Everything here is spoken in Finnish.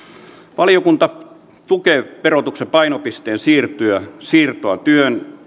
valiokunta tukee verotuksen painopisteen siirtoa työn